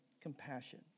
compassion